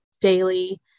daily